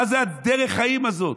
מה זה דרך החיים הזאת?